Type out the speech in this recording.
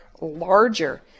larger